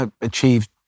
achieved